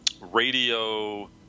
radio